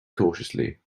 cautiously